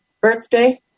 birthday